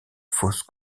fosse